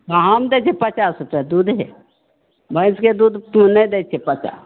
हॅं हम दै छियै पचास रुपैआ दूधे भैंसके दूध नहि दै छै पचास